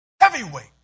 heavyweight